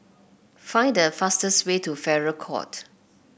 find the fastest way to Farrer Court